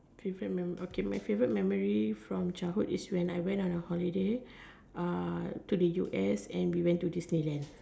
favorite memory okay my favorite memory from childhood is on a holiday we went to the us and we went to Disneyland